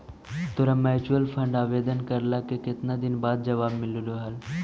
तोरा mutual fund आवेदन करला के केतना दिन बाद जवाब मिललो हल?